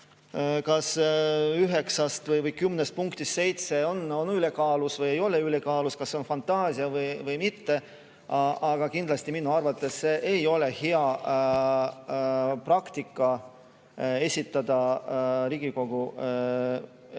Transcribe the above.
kas üheksast või kümnest punktist seitse on ülekaalus või ei ole ülekaalus, kas see on fantaasia või mitte, aga kindlasti minu arvates ei ole hea praktika esitada Riigikogu menetlusse